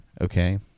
okay